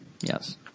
Yes